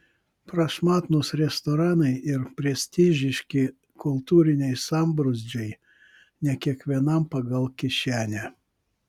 prašmatnūs restoranai ir prestižiški kultūriniai sambrūzdžiai ne kiekvienam pagal kišenę